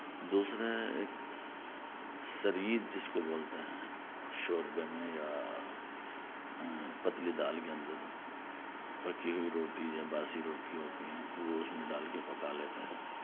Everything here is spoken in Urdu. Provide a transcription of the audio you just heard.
دوسرے ایک سرید جس کو بولتے ہیں شوربے میں یا پتلی دال کے اندر پکی ہوئی روٹی یا باسی روٹی ہوتی ہیں وہ اس میں ڈال کے پکا لیتے ہیں